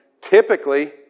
typically